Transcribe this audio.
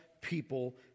people